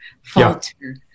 Falter